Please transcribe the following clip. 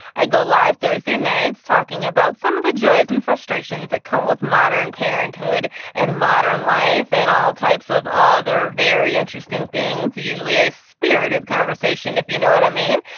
i go live thursday nights talking about some of the joys and frustrations that come with modern parenthood and modern life and all types of other very interesting things, usually a spirited conversation, conversation, if you know what i mean.